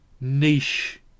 niche